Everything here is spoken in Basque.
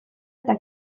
eta